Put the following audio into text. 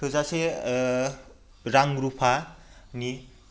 थोजासे ओ रां रुफानि